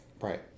Right